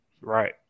Right